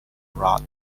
rot